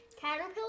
caterpillar